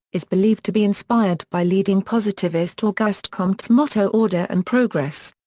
is believed to be inspired by leading positivist auguste comte's motto order and progress.